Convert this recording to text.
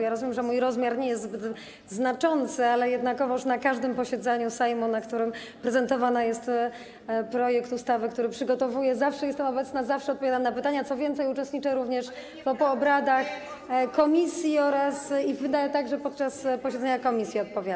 Ja rozumiem, że mój rozmiar nie jest zbyt znaczący, ale jednakowoż na każdym posiedzeniu Sejmu, na którym prezentowany jest projekt ustawy, który przygotowuję, zawsze jestem obecna, zawsze odpowiadam na pytania, co więcej, uczestniczę również w obradach komisji, a także podczas posiedzeń komisji odpowiadam.